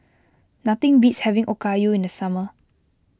nothing beats having Okayu in the summer